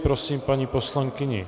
Prosím paní poslankyni...